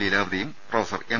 ലീലാവതിയും professor M